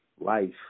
life